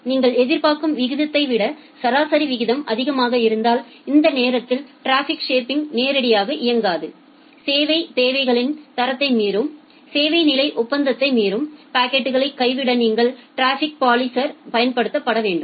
நீங்கள் எதிர்பார்க்கும் விகிதத்தை விட சராசரி விகிதம் அதிகமாக இருந்தால் அந்த நேரத்தில் டிராபிக் ஷேப்பிங் நேரடியாக இயங்காது சேவை தேவைகளின் தரத்தை மீறும் சேவை நிலை ஒப்பந்தத்தை மீறும் பாக்கெட்களை கைவிட நீங்கள் டிராபிக் பாலிஸா்ஸ் பயன்படுத்த வேண்டும்